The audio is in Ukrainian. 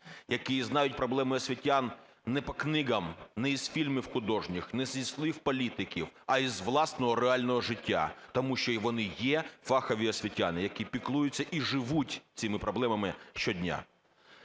які знають проблеми освітян не по книгам, не із фільмів художніх, не зі слів політиків, а із власного реального життя, тому що вони є фахові освітяни, які піклуються і живуть цими проблемами щодня.